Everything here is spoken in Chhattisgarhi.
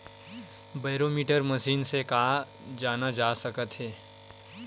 बैरोमीटर मशीन से का जाना जा सकत हे?